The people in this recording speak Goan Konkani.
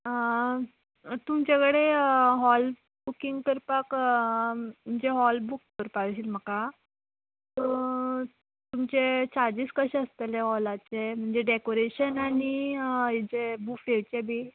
तुमचे कडेन हॉल बुकींग करपाक म्हणजे हॉल बूक करपा जाय आशिल्लो म्हाका सो तुमचे चार्जीस कशे आसतले हॉलाचे म्हणजे डेकॉरेशन आनी हेजे बुफेचे बी